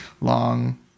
long